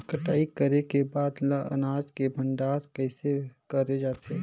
कटाई करे के बाद ल अनाज के भंडारण किसे करे जाथे?